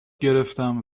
گرفنم